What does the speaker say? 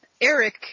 Eric –